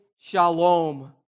Shalom